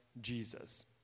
Jesus